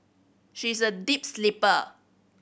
she is a deep sleeper